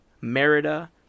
Merida